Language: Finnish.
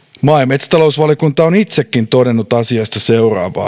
metsätalousvaliokunta on itsekin todennut asiasta seuraavaa